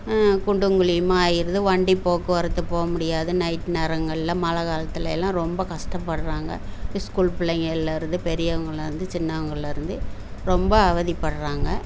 குண்டும் குழியுமாகிடுது வண்டி போக்குவரத்து போக முடியாது நைட் நேரங்களில் மழை காலத்தில் எல்லாம் ரொம்ப கஷ்டப்பட்றாங்க ஸ்கூல் பிள்ளைங்கள்ல இருந்து பெரியவங்கள்லேருந்து சின்னவங்கள்லேருந்து ரொம்ப அவதிப்பட் றாங்க